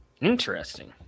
Interesting